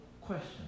question